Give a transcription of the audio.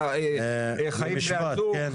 חיים בני הזוג,